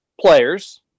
players